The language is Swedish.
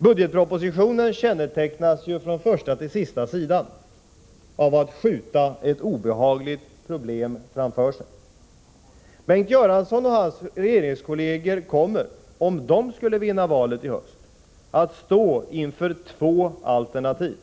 Budgetpropositionen kännetecknas från första till sista sidan av att man vill skjuta ett obehagligt problem framför sig. Bengt Göransson och hans regeringskolleger kommer, om de skulle vinna valet i höst, att stå inför två alternativ.